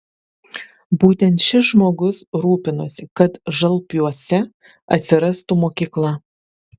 būtent šis žmogus rūpinosi kad žalpiuose atsirastų mokykla